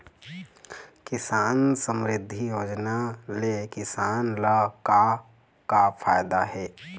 किसान समरिद्धि योजना ले किसान ल का का फायदा हे?